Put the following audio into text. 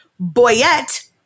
boyette